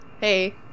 Hey